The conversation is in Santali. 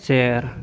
ᱥᱮᱨ